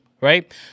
right